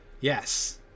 Yes